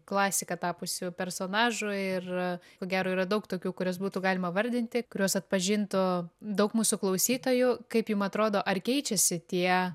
klasika tapusių personažų ir ko gero yra daug tokių kuriuos būtų galima vardinti kuriuos atpažintų daug mūsų klausytojų kaip jum atrodo ar keičiasi tie